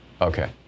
Okay